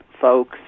folks